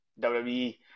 WWE